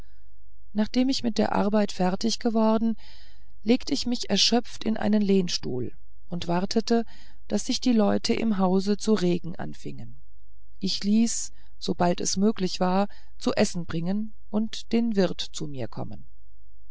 nachdem ich mit der arbeit fertig geworden legt ich mich erschöpft in einen lehnstuhl und erwartete daß sich leute im hause zu regen anfingen ich ließ sobald es möglich war zu essen bringen und den wirt zu mir kommen